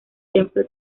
templo